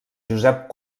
josep